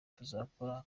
tuzakora